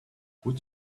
would